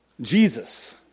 Jesus